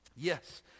Yes